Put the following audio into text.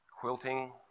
Quilting